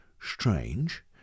strange